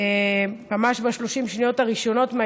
ממש ב-30 השניות הראשונות,